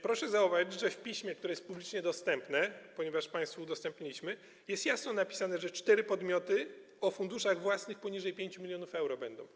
Proszę zauważyć, że w piśmie, które jest publicznie dostępne, ponieważ je państwu udostępniliśmy, jest jasno napisane, że cztery podmioty o funduszach własnych wynoszących poniżej 5 mln euro będą.